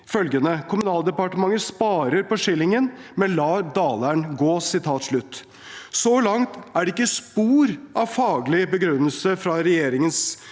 følgende: «Kommunaldepartementet sparer på skillingen, men lar daleren gå.» Så langt er det ikke spor av faglig begrunnelse fra regjeringens